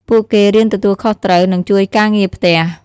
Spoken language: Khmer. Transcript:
ពួកគេរៀនទទួលខុសត្រូវ និងជួយការងារផ្ទះ។